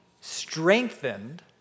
strengthened